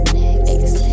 next